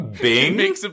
bing